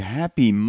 happy